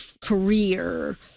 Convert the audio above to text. career